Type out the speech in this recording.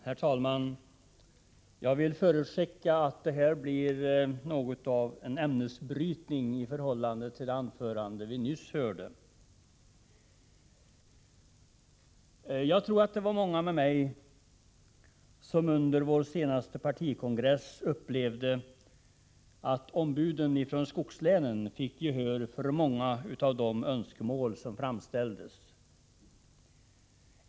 Herr talman! Jag vill förutskicka att det här blir något av en ämnesbrytning i förhållande till det anförande vi nyss hörde. Jag tror att det var många med mig som under vår senaste partikongress upplevde att ombuden från skogslänen fick gehör för många av de önskemål som framställdes.